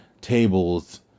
Tables